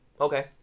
Okay